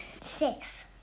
Six